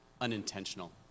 unintentional